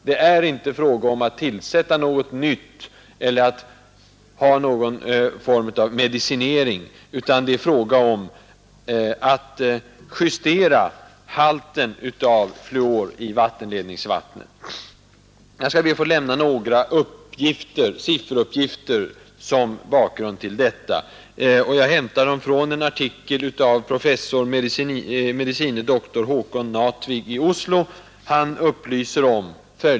Det är inte fråga om att tillsätta något nytt eller om någon form av medicinering, utan det är fråga om att justera halten av fluor i vattenledningsvattnet. Jag skall be att få lämna några sifferuppgifter som bakgrund. Jag hämtar dem från en artikel av professor, med. dr Haakon Natvig i Oslo.